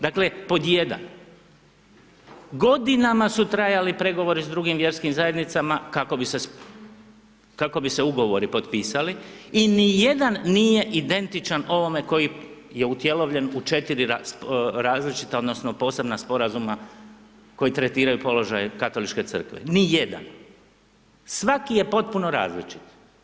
Dakle, pod jedan, godinama su trajali pregovori s drugim vjerskim zajednicama kako bi se, kako bi se ugovori potpisali i ni jedan nije identičan ovome koji je utjelovljen u 4 različita odnosno posebna sporazuma koji tretiraju položaj Katoličke crkve, ni jedan, svaki je potpuno različit.